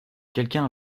quelqu’un